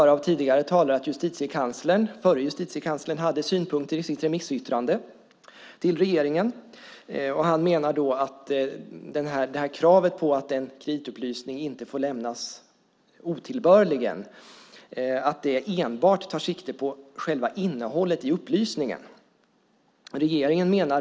Av tidigare talare har vi fått höra att förre Justitiekanslern hade synpunkter i sitt remissyttrande till regeringen. Han menar att kravet på att en kreditupplysning inte får lämnas otillbörligen enbart tar sikte på själva innehållet i upplysningen.